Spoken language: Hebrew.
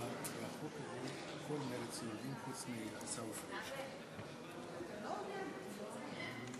אדוני היושב-ראש, תודה רבה,